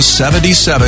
77